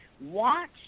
watch